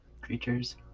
creatures